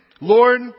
Lord